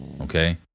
Okay